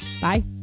Bye